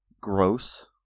gross